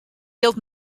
jild